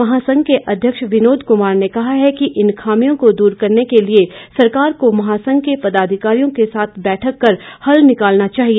महासंघ के अध्यक्ष विनोद कुमार ने कहा कि इन खामियों को दूर करने के लिए सरकार को महासंघ के पदाधिकारियों के साथ बैठक कर हल निकालना चाहिए